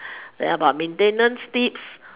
about maintenance tips